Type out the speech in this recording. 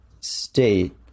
state